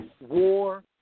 War